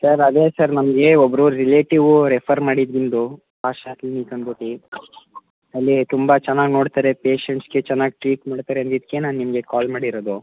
sir ಅದೇ sir ನಮಗೆ ಒಬ್ಬರು ರಿಲೇಟಿವು ರೆಫರ್ ಮಾಡಿದ್ದು ನಿಮ್ಮದು ಪಾಶಾ ಕ್ಲೀನಿಕ್ ಅಂದ್ಬುಟ್ಟು ಅಲ್ಲಿ ತುಂಬ ಚೆನ್ನಾಗಿ ನೋಡ್ತಾರೆ ಪೇಷಂಟ್ಸ್ಗೆ ಚೆನ್ನಾಗಿ ಟ್ರೀಟ್ ಮಾಡ್ತಾರೆ ಅಂದಿದ್ದಕ್ಕೆ ನಾನು ನಿಮಗೆ ಕಾಲ್ ಮಾಡಿರೋದು